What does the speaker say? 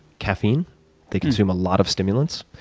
caffeine they consume a lot of stimulants.